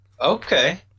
Okay